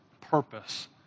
purpose